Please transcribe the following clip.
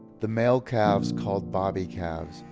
the male calves, called bobby calves,